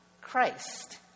christ